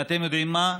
ואתם יודעים מה,